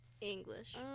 English